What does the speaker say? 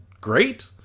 Great